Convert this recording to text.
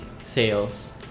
sales